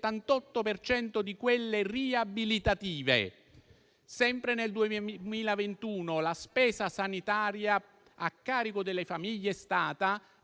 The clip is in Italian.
per cento di quelle riabilitative. Sempre nel 2021, la spesa sanitaria a carico delle famiglie è stata